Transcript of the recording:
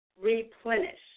replenish